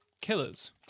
killers